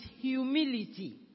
humility